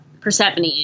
persephone